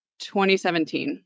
2017